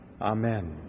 Amen